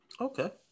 Okay